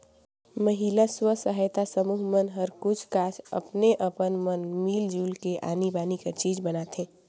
महिला स्व सहायता समूह मन हर कुछ काछ अपने अपन मन मिल जुल के आनी बानी कर चीज बनाथे